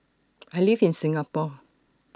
I live in Singapore